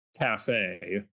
cafe